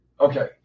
Okay